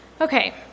Okay